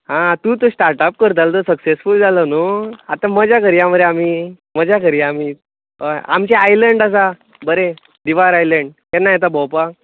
आं तूं तो स्टार्ट आप करतालो तो सकसेसफूल जालो न्हू आतां मजा करुया मरे आमी मजा करूया आमी हय आमचें आयलंड आसा बरें दिवार आयलेंड केन्ना येता भोंवपाक